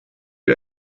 wie